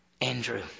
Andrew